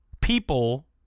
people